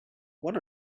what